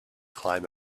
climb